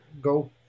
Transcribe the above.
go –